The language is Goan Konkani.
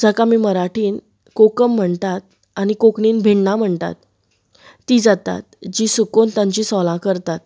जाका आमी मराठीन कोकम म्हणटात आनी कोंकणीन भिन्नां म्हणटात तीं जातात जीं सुकोवन तांची सोलां करतात